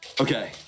okay